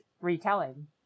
retelling